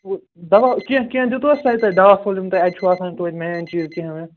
دوا کیٚنٛہہ کیٚنٛہہ دِتووس توٕ تۄہہِ دوا فوٚل یِم تۄہہِ اَتہِ چھُو آسان توتہِ مین چیٖز کیٚنٛہہ ویٚنٛہہ